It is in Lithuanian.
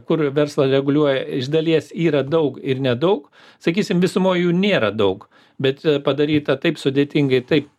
kur verslą reguliuoja iš dalies yra daug ir nedaug sakysim visumoj jų nėra daug bet padaryta taip sudėtingai taip